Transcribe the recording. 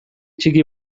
txiki